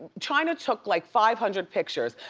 chyna took like five hundred pictures.